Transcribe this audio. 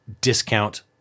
discount